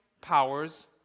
powers